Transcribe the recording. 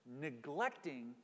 neglecting